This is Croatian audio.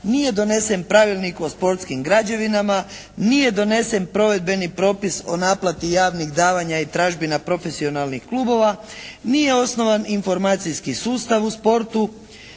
nije donesen Pravilnik o sportskim građevinama, nije donesen provedbeni propis o naplati javnih davanja i tražbina profesionalnih klubova, nije osnovan informacijski sustav u sportu,